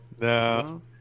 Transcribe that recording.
No